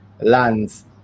lands